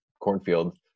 cornfield